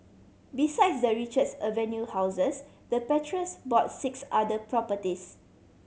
besides the Richards Avenue houses the patriarchs bought six other properties